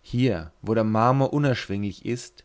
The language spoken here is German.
hier wo der marmor unerschwinglich ist